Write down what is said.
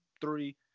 three